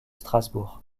strasbourg